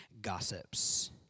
gossips